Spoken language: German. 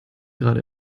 gerade